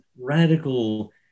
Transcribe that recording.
radical